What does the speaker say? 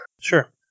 Sure